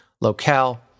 locale